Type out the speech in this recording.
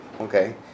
okay